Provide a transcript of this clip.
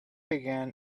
began